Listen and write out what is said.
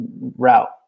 route